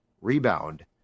rebound